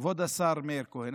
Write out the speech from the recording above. כבוד השר מאיר כהן,